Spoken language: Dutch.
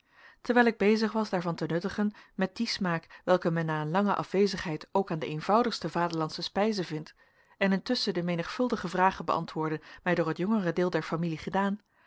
terwijl ik bezig was daarvan te nuttigen met dien smaak welken men na een lange afwezigheid ook aan de eenvoudigste vaderlandsche spijze vindt en intusschen de menigvuldige vragen beantwoordde mij door het jongere deel der familie gedaan